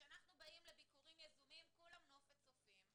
שבביקורים יזומים כולם נופת צופים.